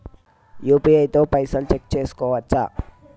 UPI తో పైసల్ check చేసుకోవచ్చా?